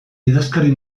idazkari